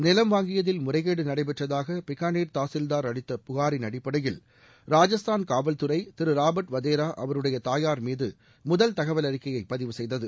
நிலம் வாங்கியதில் முறைகேடு நடைபெற்றதாக பிக்காளீர் தாசில்தார் அளித்த புகாரின் அடிப்படையில் ராஜஸ்தான் காவல்துறை திரு ராபர்ட் வதோரா அவருடைய தயார் மீது முதல் தகவல் அறிக்கையை பதிவு செய்தது